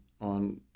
on